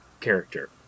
character